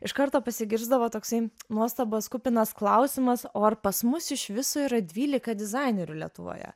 iš karto pasigirsdavo toksai nuostabos kupinas klausimas o ar pas mus iš viso yra dvylika dizainerių lietuvoje